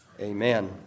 amen